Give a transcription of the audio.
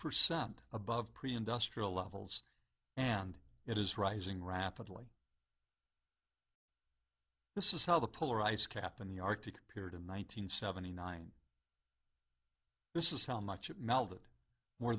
percent above pre industrial levels and it is rising rapidly this is how the polar ice cap in the arctic appeared in one nine hundred seventy nine this is how much it melted more